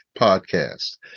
Podcast